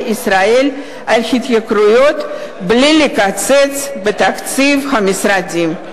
ישראל על ההתייקרויות בלי לקצץ בתקציב המשרדים.